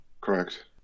correct